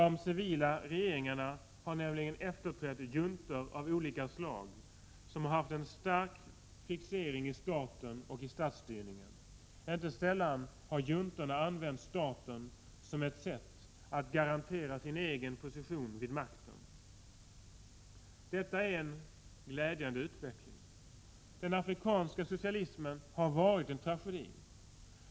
De civila regeringarna har nämligen efterträtt juntor av olika slag som har haft en stark fixering vid staten och statsstyrning. Inte sällan har juntorna använt staten som ett sätt att garantera sin egen position vid makten. Detta är en glädjande utveckling. Den afrikanska socialismen har varit en tragedi.